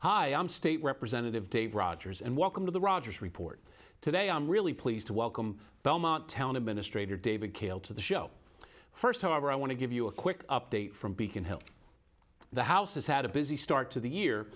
hi i'm state representative dave rogers and welcome to the rogers report today i'm really pleased to welcome belmont town administrator david kill to the show first however i want to give you a quick update from beacon hill the house has had a busy start to the year